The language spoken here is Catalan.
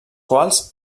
quals